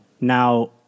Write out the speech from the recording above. Now